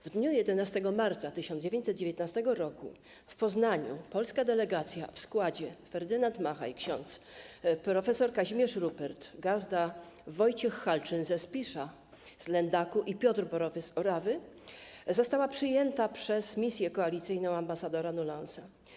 W dniu 11 marca 1919 r. w Poznaniu polska delegacja w składzie: ks. Ferdynand Machay, prof. Kazimierz Rouppert, gazda Wojciech Halczyn ze Spisza, z Lendaku i Piotr Borowy z Orawy została przyjęta przez misję koalicyjną ambasadora Noulensa.